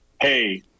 hey